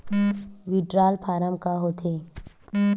Withdrawal form का होथे?